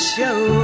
Show